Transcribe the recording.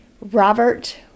Robert